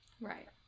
right